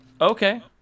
Okay